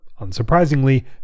unsurprisingly